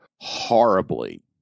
horribly